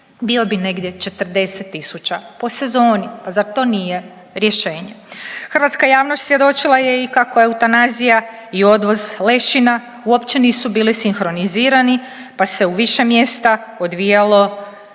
bio bi negdje 40 tisuća po sezoni, pa zar to nije rješenje. Hrvatska javnost svjedočila je i kako eutanazija i odvoz lešina uopće nisu bili sinhronizirani pa se u više mjesta odvijalo izuzetno